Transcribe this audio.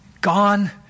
gone